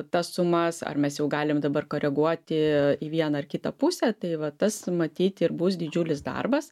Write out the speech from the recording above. tas sumas ar mes jau galim dabar koreguoti į vieną ar kitą pusę tai va tas matyt ir bus didžiulis darbas